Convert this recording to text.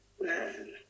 man